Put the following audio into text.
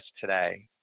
today